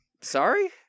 sorry